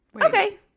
okay